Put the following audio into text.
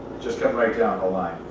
just come right down the line,